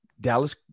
Dallas